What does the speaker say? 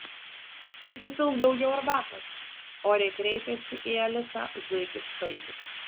įsipilk daugiau arbatos oriai kreipėsi į alisą zuikis paikis